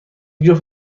جفت